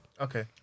Okay